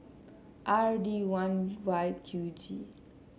R D one Y Q G